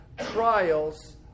trials